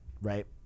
right